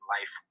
life